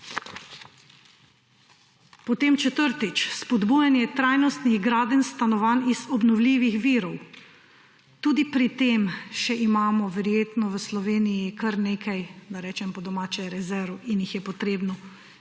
Potem četrtič, spodbujanje trajnostnih gradenj stanovanj iz obnovljivih virov. Tudi pri tem še imamo verjetno v Sloveniji kar nekaj, da rečem po domače, rezerv in jih je potrebno